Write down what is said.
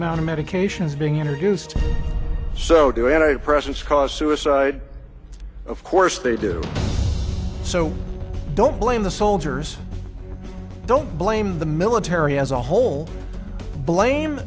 amount of medications being introduced so do every precious cause suicide of course they do so don't blame the soldiers don't blame the military as a whole blame